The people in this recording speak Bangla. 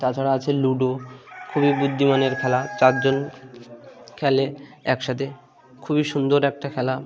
তাছাড়া আছে লুডো খুবই বুদ্ধিমানের খেলা চারজন খেলে একসাথে খুবই সুন্দর একটা খেলা